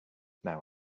now